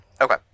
Okay